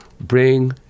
bring